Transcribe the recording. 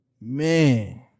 Man